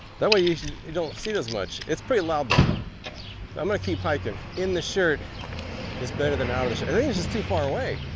that way you don't see it as much. it's pretty loud though. but i'm going to keep hiking. in the shirt is better than out of the shirt. i think it's just too far away.